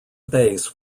bass